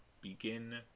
begin